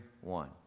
one